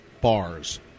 bars